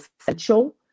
essential